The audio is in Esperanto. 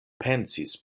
pensis